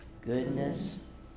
goodness